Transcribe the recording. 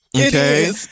Okay